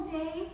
day